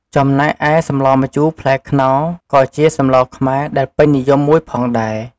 ចំណេកឯសម្លម្ជូរផ្លែខ្នុរ ក៏ជាសម្លខ្មែរ ដែលពេញនិយមមួយផងដែរ។